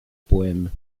poèmes